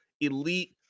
elite